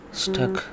stuck